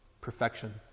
Perfection